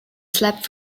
slept